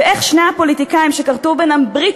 ואיך שני הפוליטיקאים שכרתו ביניהם ברית